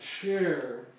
chair